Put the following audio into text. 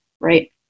right